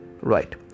right